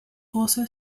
also